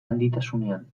handitasunean